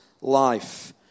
life